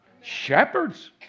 shepherds